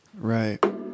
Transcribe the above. Right